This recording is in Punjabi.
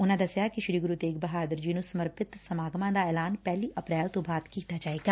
ਉਨਾ ਦਸਿਆ ਕਿ ਸ੍ਰੀ ਗੁਰੂ ਤੇਗ ਬਹਾਦਰ ਜੀ ਨੂੰ ਸਮਰਪਿਤ ਸਮਾਗਮਾ ਦਾ ਐਲਾਨ ਪਹਿਲੀ ਅਪ੍ਰੈਲ ਤੋਂ ਬਾਅਦ ਕੀਤਾ ਜਾਵੇਗਾ